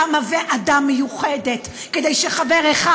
קמה ועדה מיוחדת כדי שחבר אחד,